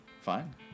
Fine